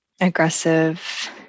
aggressive